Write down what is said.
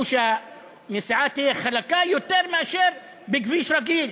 הוא שהנסיעה תהיה חלקה יותר מאשר בכביש רגיל,